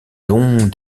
dont